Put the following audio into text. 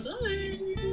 bye